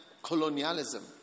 Colonialism